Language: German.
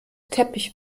teppich